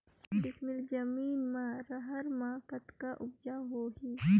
साठ डिसमिल जमीन म रहर म कतका उपजाऊ होही?